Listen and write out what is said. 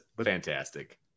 fantastic